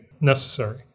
necessary